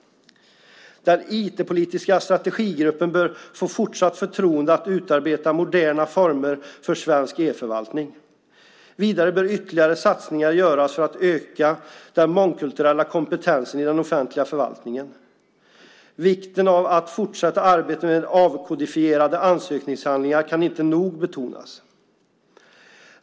Den IT-politiska strategigruppen bör få fortsatt förtroende att utarbeta moderna former för svensk e-förvaltning. Vidare bör ytterligare satsningar göras för att öka den mångkulturella kompetensen i den offentliga förvaltningen. Vikten av att fortsätta arbetet med avkodifierade ansökningshandlingar kan inte nog betonas.